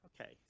Okay